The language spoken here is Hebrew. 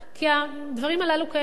כי הדברים הללו קיימים.